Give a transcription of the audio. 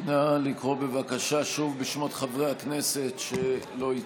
נא לקרוא בבקשה שוב בשמות חברי הכנסת שלא הצביעו.